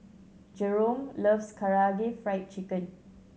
Jerome loves Karaage Fried Chicken